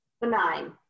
benign